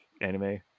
anime